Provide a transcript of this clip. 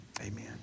Amen